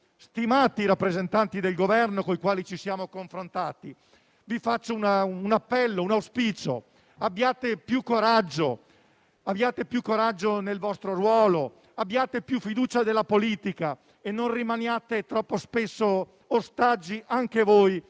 stimati rappresentanti del Governo con i quali ci siamo confrontati - rivolgo un appello ed esprimo un auspicio: abbiate più coraggio nel vostro ruolo, abbiate più fiducia nella politica e non rimaniate troppo spesso ostaggi anche voi